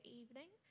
evening